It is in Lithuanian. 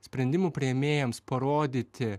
sprendimų priėmėjams parodyti